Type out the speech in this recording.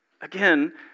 Again